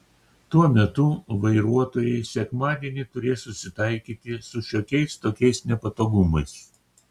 tuo metu vairuotojai sekmadienį turės susitaikyti su šiokiais tokiais nepatogumais